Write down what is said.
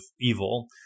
evil